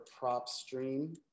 PropStream